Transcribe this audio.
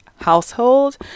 household